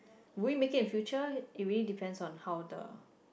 will we make it in future it really depends on how the